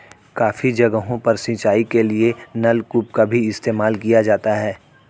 काफी जगहों पर सिंचाई के लिए नलकूप का भी इस्तेमाल किया जाता है